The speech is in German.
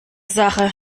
sache